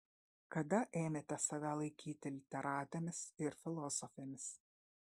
kada ėmėte save laikyti literatėmis ir filosofėmis